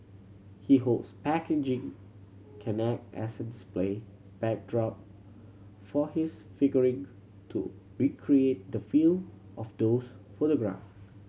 he hopes packaging can act as a display backdrop for his figurine to recreate the feel of those photograph